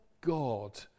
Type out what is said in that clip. God